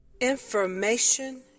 Information